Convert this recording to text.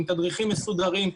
עם תדריכים מסודרים.